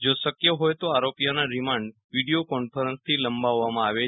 જો શક્ય હોય તો આરોપીઓના રિમાન્ડ વિડિયો કોન્ફરન્સથી લંબાવવામાં આવે છે